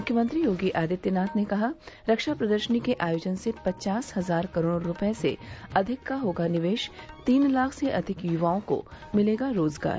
मुख्यमंत्री योगी आदित्यनाथ ने कहा रक्षा प्रदर्शनी के आयोजन से पचास हजार न् करोड़ रूपये से अधिक का होगा निवेश तीन लाख से अधिक युवाओं को मिलेगा रोजगार